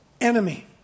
enemy